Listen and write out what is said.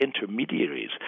intermediaries